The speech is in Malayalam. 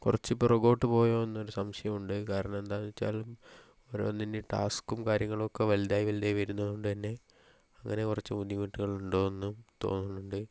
കുറച്ച് പുറകോട്ട് പോയോന്നൊരു സംശയമുണ്ട് കാരണം എന്താണെന്ന് വെച്ചാൽ ഓരോന്നിൻ്റെ ടാസ്ക്കും കാര്യങ്ങളൊക്കെ വലുതായി വലുതായി വരുന്നതു കൊണ്ട് തന്നെ അങ്ങനെ കുറച്ച് ബുദ്ധിമുട്ടുകൾ ഉണ്ടോയെന്നും തോന്നുന്നുണ്ട്